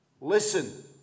Listen